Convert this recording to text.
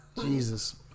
Jesus